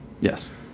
Yes